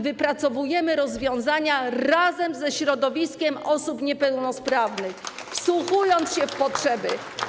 Wypracowujemy rozwiązania razem ze środowiskiem osób niepełnosprawnych, wsłuchując się w ich potrzeby.